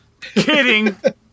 Kidding